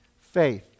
faith